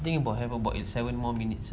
think about have about seven more minutes ah